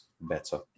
better